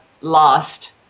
lost